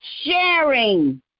sharing